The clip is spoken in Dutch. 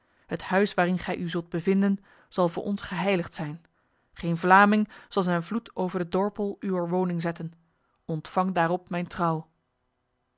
het huis waarin gij u zult bevinden zal voor ons geheiligd zijn geen vlaming zal zijn voet over de dorpel uwer woning zetten ontvang daarop mijn trouw